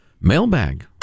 Mailbag